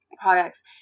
products